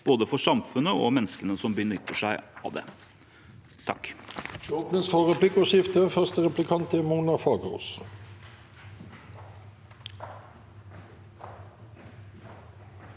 både for samfunnet og for menneskene som benytter seg av det.